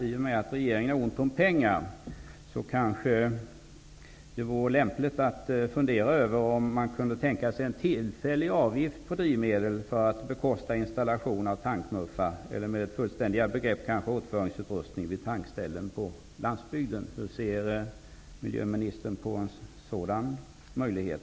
I och med att regeringen har ont om pengar kanske det vore lämpligt att fundera över om man kunde tänka sig en tillfällig avgift på drivmedel för att bekosta återföringsutrustning på tankställen på landsbygden. Hur ser miljöministern på en sådan möjlighet?